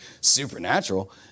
supernatural